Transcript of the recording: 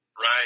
Right